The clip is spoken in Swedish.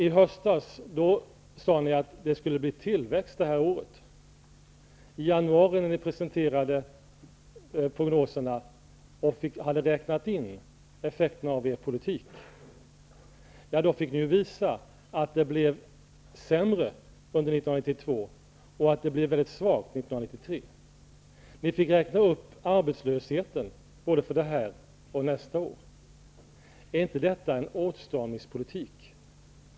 I höstas sade ni att det skulle bli tillväxt under detta år. I januari, när ni presenterade prognoserna och hade räknat in effekterna av er politik, fick ni visa att det blev sämre under 1992 och att det blir ett mycket svagt 1993. Ni fick räkna upp arbetslösheten för både detta och nästa år. Är inte detta en åtstramingspolitik?